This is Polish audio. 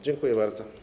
Dziękuję bardzo.